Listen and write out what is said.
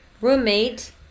roommate